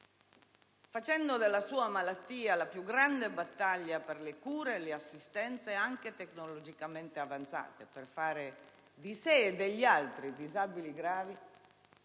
facendo della sua malattia la più grande battaglia per le cure e per le assistenze anche tecnologicamente avanzate, per rendere sé stesso e gli altri disabili gravi,